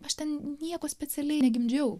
aš ten nieko specialiai negimdžiau